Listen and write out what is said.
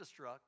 destruct